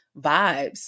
vibes